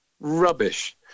Rubbish